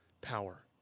power